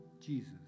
Jesus